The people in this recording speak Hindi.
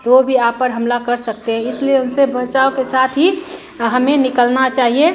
वह भी आप पर हमला कर सकते हैं इसलिए उनसे बचाव के साथ ही हमें निकलना चाहिए